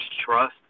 trust